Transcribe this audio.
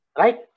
right